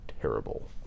terrible